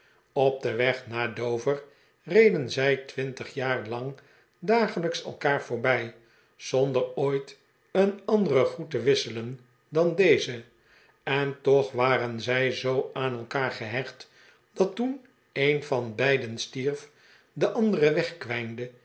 op den weg naar dover reden zij twintig jaar lang dagelijks elkaar voorbij zonder ooit een anderen groet te wisselen dan dezen en toch waren zij zoo aan elkaar gehecht dat toen een van beiden stierf de andere wegkwijnde en